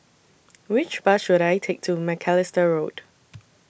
Which Bus should I Take to Macalister Road